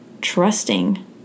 trusting